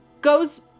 goes